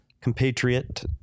compatriot